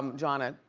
um jahna,